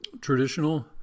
traditional